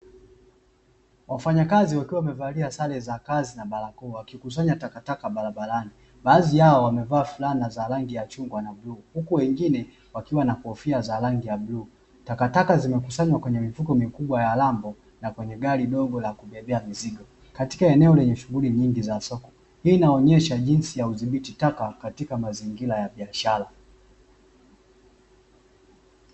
Wafanyakazi wakiwa wamevalia sare za kazi na barakoa, wakikusanya takataka barabarani. Baadhi yao wamevaa fulana za rangi ya chungwa na bluu huku wengine wakiwa na kofia za rangi ya bluu. Takataka zimekusanywa kwenye mifuko mikubwa ya rambo, na kwenye gari dogo la kubebea mizigo, katika eneo lenye shughuli nyingi za soko. Hii inaonyesha jinsi ya udhibiti taka katika mazingira ya biashara.